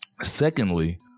Secondly